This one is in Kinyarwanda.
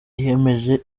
yemeje